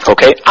Okay